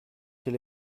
quel